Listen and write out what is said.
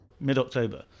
Mid-October